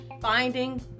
finding